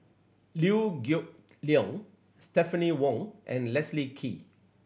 Liew Geok Leong Stephanie Wong and Leslie Kee